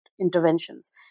interventions